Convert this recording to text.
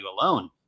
alone